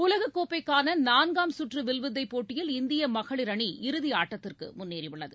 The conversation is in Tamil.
உலககோப்பைக்கானநான்காம் சுற்றுவில்வித்தைபோட்டியில் இந்தியமகளிர் அணி இறுதிஆட்டத்திற்குமுன்னேறிஉள்ளது